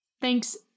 Thanks